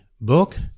book